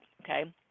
okay